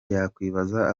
yakwibaza